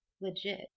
legit